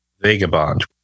vagabond